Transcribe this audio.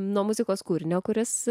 nuo muzikos kūrinio kuris